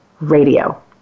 radio